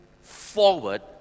forward